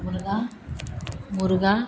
मुर्ग़ा मुर्ग़ा